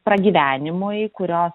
pragyvenimui kurio